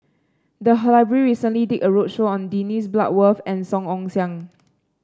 the library recently did a roadshow on Dennis Bloodworth and Song Ong Siang